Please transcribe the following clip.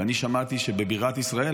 ואני שמעתי שבבירת ישראל,